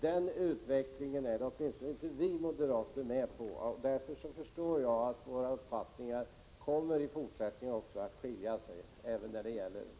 Den utvecklingen är åtminstone inte vi moderater med på. Därför förstår jag att våra uppfattningar i denna fråga även i fortsättningen kommer att skilja sig åt.